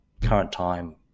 current-time